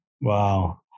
Wow